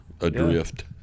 adrift